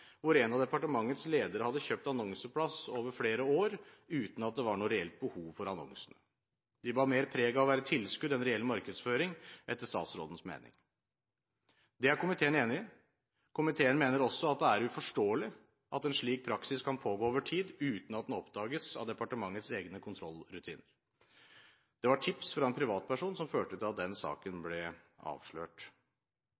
hvor en av departementets ledere hadde kjøpt annonseplass over flere år uten at det var noe reelt behov for annonsene. De bar mer preg av å være tilskudd enn reell markedsføring, etter statsrådens mening. Det er komiteen enig i. Komiteen mener også at det er uforståelig at en slik praksis kan pågå over tid uten at den oppdages av departementets egne kontrollrutiner. Det var tips fra en privatperson som førte til at den saken